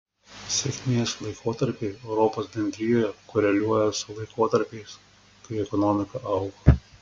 sėkmės laikotarpiai europos bendrijoje koreliuoja su laikotarpiais kai ekonomika augo